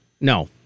No